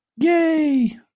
Yay